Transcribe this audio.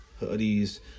hoodies